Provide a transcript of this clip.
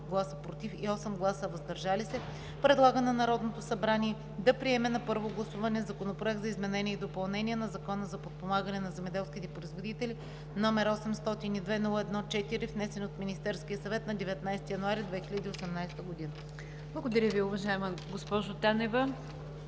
без „против“ и 8 гласа „въздържали се“ предлага на Народното събрание да приеме на първо гласуване Законопроект за изменение и допълнение на Закона за подпомагане на земеделските производители, № 802-01-4, внесен от Министерския съвет на 19 януари 2018 г.“ ПРЕДСЕДАТЕЛ НИГЯР ДЖАФЕР: Благодаря Ви, уважаема госпожо Танева.